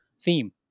Theme